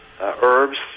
herbs